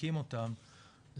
מכים אותם,